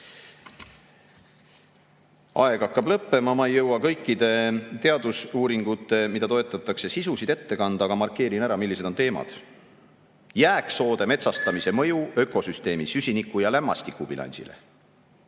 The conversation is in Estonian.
Aeg hakkab lõppema, ma ei jõua kõikide toetatavate teadusuuringute sisu ette kanda, aga markeerin ära, millised on teemad: "Jääksoode metsastamise mõju ökosüsteemi süsiniku- ja lämmastikubilansile",